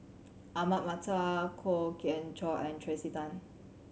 Ahmad Mattar Kwok Kian Chow and Tracey Tan